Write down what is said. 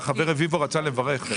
חבר הכנסת רביבו רצה לברך.